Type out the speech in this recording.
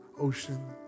ocean